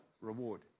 reward